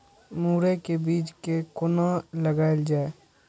मुरे के बीज कै कोना लगायल जाय?